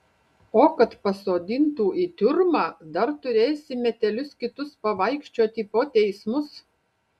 o kad pasodintų į tiurmą dar turėsi metelius kitus pavaikščioti po teismus